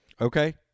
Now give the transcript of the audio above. Okay